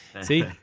See